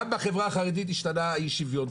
גם בחברה החרדית השתנה אי השוויון,